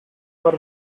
were